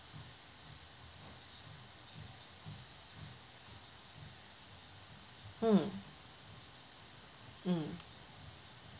mm mm